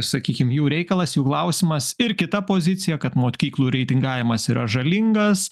sakykim jų reikalas jų klausimas ir kita pozicija kad mokyklų reitingavimas yra žalingas